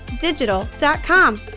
digital.com